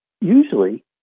Usually